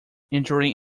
injuring